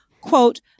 quote